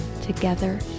Together